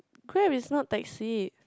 Grab is not taxi